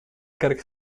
kerk